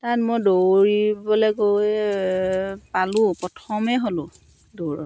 তাত মই দৌৰিবলৈ গৈ পালোঁ প্ৰথমেই হ'লোঁ দৌৰত